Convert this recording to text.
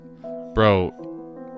bro